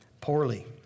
poorly